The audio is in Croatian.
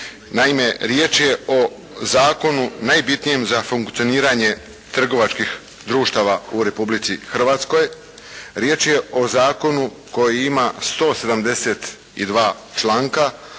Naime riječ je o zakonu najbitnijem za funkcioniranje trgovačkih društava u Republici Hrvatskoj. Riječ je o zakonu koji ima 172 članka,